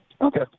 Okay